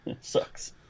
sucks